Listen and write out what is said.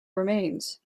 remains